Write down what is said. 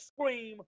scream